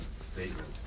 statement